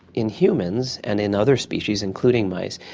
in humans and in other species, including mice,